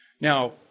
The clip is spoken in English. Now